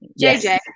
JJ